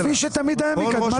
כפי שתמיד היה, מקדמת